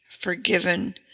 forgiven